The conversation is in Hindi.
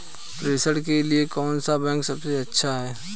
प्रेषण के लिए कौन सा बैंक सबसे अच्छा है?